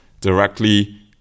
directly